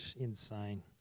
Insane